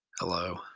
hello